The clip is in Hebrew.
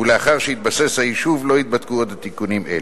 ולאחר שיתבסס היישוב לא ייבדקו עוד תיקונים אלה.